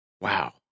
Wow